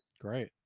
Great